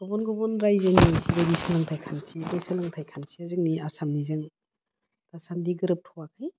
गुबुन गुबुन रायजोनि सोलोंथाइ खान्थि बे सोलोंथाइ खान्थिया जोंनि आसामनिजों दासान्दि गोरोबथ'वाखै